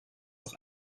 auch